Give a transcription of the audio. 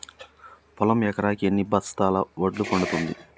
పొలం ఎకరాకి ఎన్ని బస్తాల వడ్లు పండుతుంది?